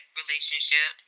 relationship